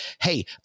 hey